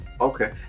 Okay